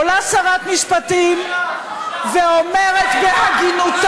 עולה שרת משפטים, זה חוק, ואומרת בהגינותה,